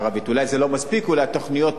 אולי התוכניות לא מספיקות,